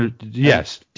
Yes